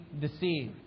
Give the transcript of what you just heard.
deceived